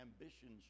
ambitions